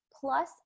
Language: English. Plus